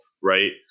right